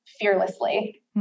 fearlessly